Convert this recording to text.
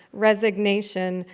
resignation,